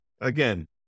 again